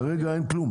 כרגע, אין כלום